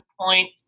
point